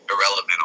irrelevant